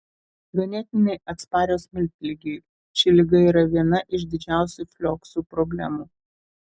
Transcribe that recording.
ganėtinai atsparios miltligei ši liga yra viena iš didžiausių flioksų problemų